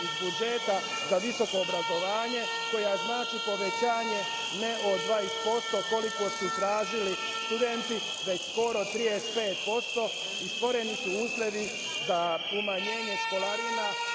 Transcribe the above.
iz budžeta za visoko obrazovanje koja znače povećanje ne od 20% koliko su tražili studenti, već skoro 35% i stvoreni su uslovi za umanjenje školarina